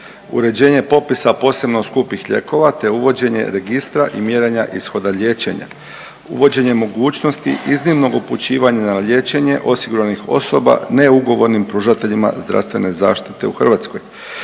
uređenje popisa posebno skupih lijekova te uvođenje registra i mjerenja ishoda liječenja, uvođenje mogućnosti iznimnog upućivanja na liječenje osiguranih osoba neugovornim pružateljima zdravstvene zaštite u Hrvatskoj,